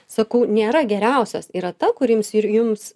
sakau nėra geriausios yra ta kuri jums ir jums